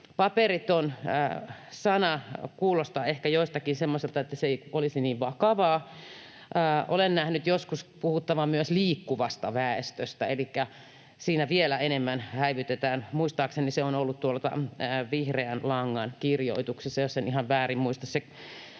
Paperiton-sana kuulostaa ehkä joistakin semmoiselta, että se ei olisi niin vakavaa. Olen nähnyt joskus puhuttavan myös ”liikkuvasta väestöstä”, elikkä siinä vielä enemmän häivytetään. Muistaakseni se on ollut tuolla Vihreän Langan kirjoituksessa, jos en ihan väärin muista.